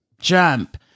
jump